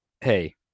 hey